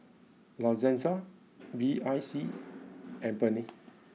La Senza B I C and Burnie